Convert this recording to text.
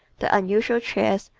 the unusual chairs,